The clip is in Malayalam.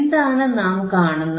എന്താണ് നാം കാണുന്നത്